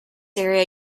area